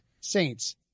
Saints